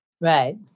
right